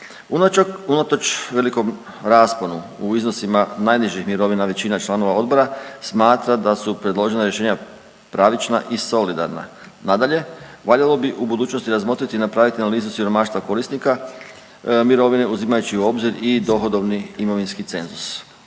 Unatoč velikom rasponu u iznosima najnižih mirovina većina članova odbora smatra da su predložena rješenja pravična i solidarna. Nadalje, valjalo bi u budućnosti razmotriti i napraviti analizu siromaštva korisnika mirovine uzimajući u obzir i dohodovni imovinski cenzus.